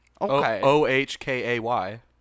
O-H-K-A-Y